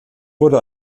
wurde